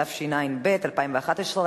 התשע"ב 2011,